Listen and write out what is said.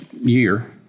year